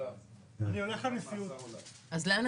מ-100% שהיה